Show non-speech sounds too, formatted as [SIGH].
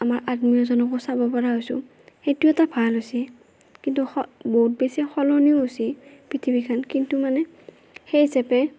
আমাৰ আত্মীয় জনকো চাবা পৰা হৈছোঁ সেইটো এটা ভাল হৈছি কিন্তু [UNINTELLIGIBLE] বহুত বেছি সলনিও হৈছি পৃথিৱীখন কিন্তু মানে সেই হিচাপে